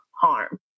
harm